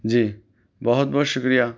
جی بہت بہت شُکریہ